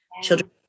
children